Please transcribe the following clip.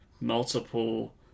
multiple